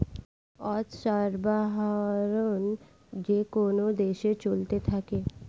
অর্থ সরবরাহ যেকোন দেশে চলতে থাকে